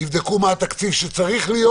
יבדקו מה התקציב שצריך להיות